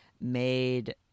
made